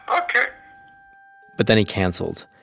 ok but then he canceled.